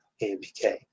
AMPK